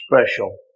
special